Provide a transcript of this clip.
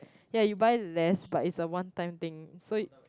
ya you buy less but it's a one time thing